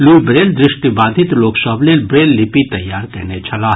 Louis Braille दृष्टिबाधित लोक सभ लेल ब्रेल लिपि तैयार कयने छलाह